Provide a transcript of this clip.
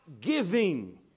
giving